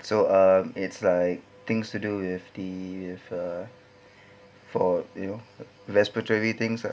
so um it's like things to do if the if uh for you know respiratory things ah